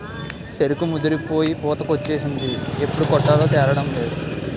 సెరుకు ముదిరిపోయి పూతకొచ్చేసింది ఎప్పుడు కొట్టాలో తేలడంలేదు